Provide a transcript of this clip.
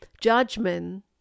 judgment